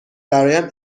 برایم